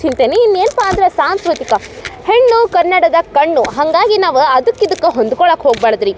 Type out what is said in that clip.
ತಿಂತೇನೆ ಇನ್ನು ಏನಪ್ಪ ಅಂದರೆ ಸಾಂಸ್ಕೃತಿಕ ಹೆಣ್ಣು ಕನ್ನಡದ ಕಣ್ಣು ಹಾಗಾಗಿ ನಾವು ಅದಕ್ಕೆ ಇದಕ್ಕೆ ಹೊಂದ್ಕೊಳಕ್ಕೆ ಹೋಗ್ಬಾರ್ದ್ ರೀ